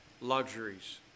luxuries